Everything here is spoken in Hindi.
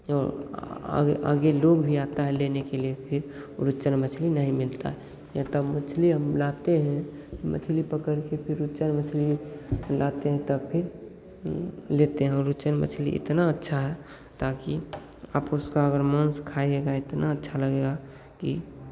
तो आगे आगे लोग भी आता है लेने के लिए फिर रुच्चन मछली नहीं मिलता है इतना मछली हम लाते हैं मछली पकड़ के फिर रुच्चन मछली लाते हैं तब फिर लेते हैं रुच्चन मछली इतना अच्छा है ताकि आप उसका अगर मांस खाएंगे इतना अच्छा लगेगा कि